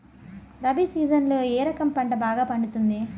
రబి సీజన్లలో ఏ రకం పంట బాగా పండుతుంది